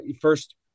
first